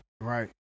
Right